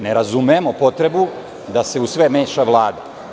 Ne razumemo potrebu da se u sve meša Vlada.